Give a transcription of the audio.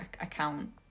account